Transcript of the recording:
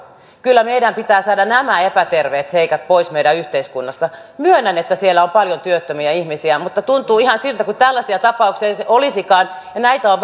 kyllä meidän pitää saada nämä epäterveet seikat pois meidän yhteiskunnasta myönnän että siellä on paljon työttömiä ihmisiä mutta tuntuu ihan siltä kuin tällaisia tapauksia ei olisikaan ja näitä on